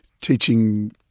Teaching